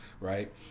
Right